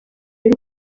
y’u